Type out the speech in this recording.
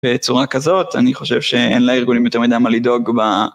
בצורה כזאת, אני חושב שאין לארגונים יותר מידע מה לדאוג ב...